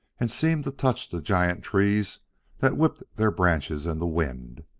and seemed to touch the giant trees that whipped their branches in the wind.